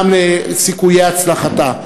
גם לסיכויי הצלחתה.